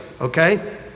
okay